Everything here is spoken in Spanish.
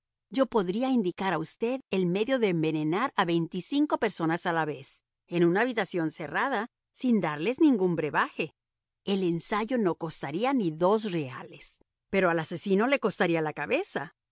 yo podría indicar a usted el medio de envenenar a veinticinco personas a la vez en una habitación cerrada sin darles ningún brebaje el ensayo no costaría ni dos reales pero al asesino le costaría la cabeza